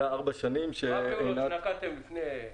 מה הפעולות שנקטתם לפני?